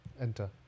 Enter